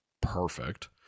perfect